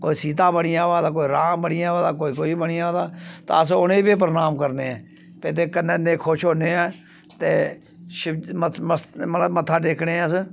कोई सीता बनियै आवा दा कोई राम बनियै अवा दा कोई कोई बनियै अवा दा ते अस उ'नेंगी बी प्रणाम करने हां ते कन्नै इनेन्ने खुश होन्ने आं ते शिवजी मतलब मत्था टेकने आं अस